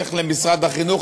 תלך למשרד החינוך,